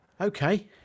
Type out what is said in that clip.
Okay